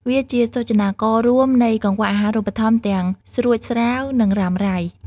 វាជាសូចនាកររួមនៃកង្វះអាហារូបត្ថម្ភទាំងស្រួចស្រាវ និងរ៉ាំរ៉ៃ។